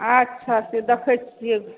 अच्छा से देखै छियै